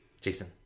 Jason